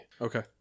Okay